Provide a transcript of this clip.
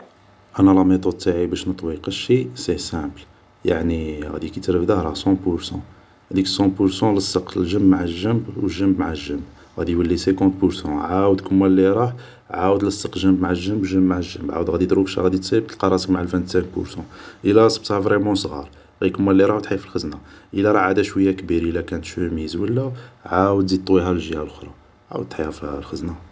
أنا لاميطود تاعي باش نطوي قشي سي سامبل يعني غادي كي ترفده راه صون بورسون، هاديك صون بورسون لصق جنب مع جنب يولي سيكونت بورسون عاود كيما لي راه زيد لصق جنب مع جنب غادي دروك تصيب راسك مع الفانتسانك بورسون يلا صبته فريمون صغار غير كما لي راه دحيه في الخزنة يلا راه عاد شوية كبير يلا كانت شوميز ولا عاود طويه لجيهة الاخرى وعاود دحيها في الخزنة